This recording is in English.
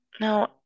No